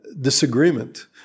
disagreement